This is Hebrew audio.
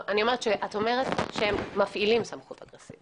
אני אומרת שאת אומרת שהם מפעילים סמכות אגרסיבית.